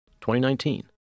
2019